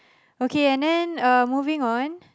okay and then uh moving on